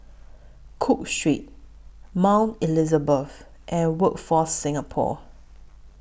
Cook Street Mount Elizabeth and Workforce Singapore